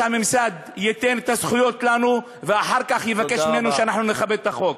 שהממסד ייתן לנו את הזכויות ואחר כך יבקש מאתנו שאנחנו נכבד את החוק.